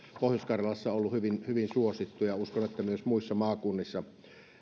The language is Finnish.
pohjois karjalassa se on ollut hyvin suosittua uskon että myös muissa maakunnissa